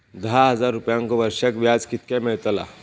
दहा हजार रुपयांक वर्षाक व्याज कितक्या मेलताला?